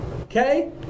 Okay